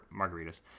margaritas